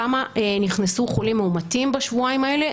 כמה נכנסו חולים מאומתים בשבועיים האלה.